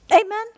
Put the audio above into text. Amen